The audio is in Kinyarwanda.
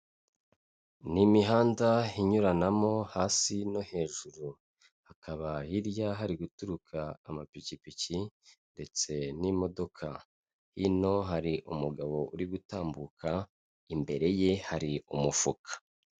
Ni imihanda inyuranamo hasi no hejuru, hakaba hirya hari guturuka amapikipiki ndetse n'imodoka, hino hari umugabo uri gutambuka imbere ye hari umufuka.